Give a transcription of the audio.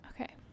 Okay